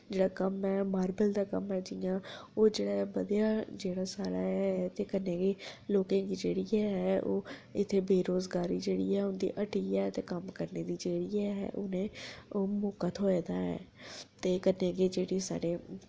जेह्ड़ा कम्म ऐ मारबल दा कम्म ऐ जि'यां ओह् जेह्ड़ा ऐ बधेआ जेह्ड़ा साढ़ै ऐ जेकर नेईं लोकें गी जेह्ड़ी ऐ ओह् इत्थै बेरोजगारी जेह्ड़ी हटी ऐ ते कम्म करने दी जेह्ड़ी ऐ उ'नें गी एह् मौका थ्होए दा ऐ ते कन्नै गै जेह्ड़ी साढ़े